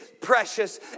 precious